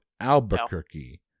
Albuquerque